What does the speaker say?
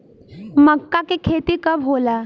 मक्का के खेती कब होला?